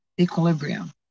equilibrium